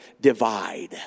divide